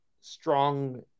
strong